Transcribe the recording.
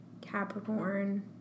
capricorn